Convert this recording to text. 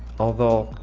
although,